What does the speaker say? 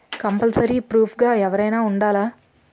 Compulsory proof గా ఎవరైనా ఉండాలా?